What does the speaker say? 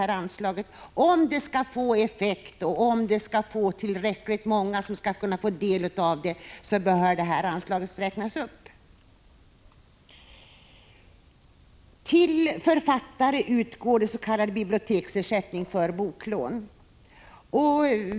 För att det skall få någon effekt och för att tillräckligt många skall kunna få del av det bör anslaget räknas upp. Till författare utgår s.k. biblioteksersättning för boklån.